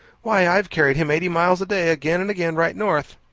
why, i've carried him eighty miles a day, again and again, right north.